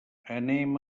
anem